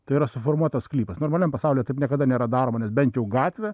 tai yra suformuotas sklypas normaliam pasaulyje taip niekada nėra daroma nes bent jau gatvė